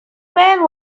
man